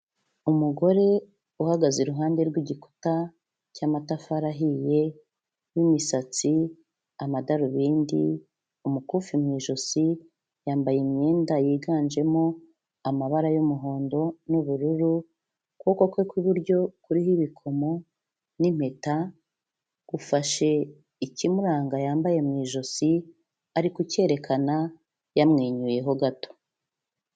Umugore uhagaze iruhande rw'igikuta cy'amatafari ahiye, n'imisatsi, yambaye amadarubindi, umukufi mu ijosi, yambaye imyenda yiganjemo amabara y'umuhondo n'ubururu, ukuboko kwe kw'iburyo kuriho ibikomo n'impeta, gufashe ikimuranga yambaye mu ijosi, ari kucyerekana yamwenyuyeho gato.